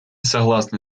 согласны